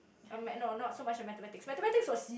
um ma~ no not so much of mathematics mathematics was